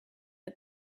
but